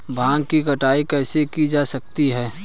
भांग की कटाई कैसे की जा सकती है?